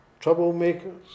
troublemakers